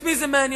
את מי זה מעניין?